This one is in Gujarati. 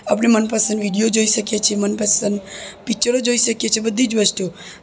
આપરે મનપસંદ વિડીયો જોઈ શકીએ છીએ મનપસંદ પિક્ચરો જોઈ શકીએ છીએ બધી જ વસ્તુઓ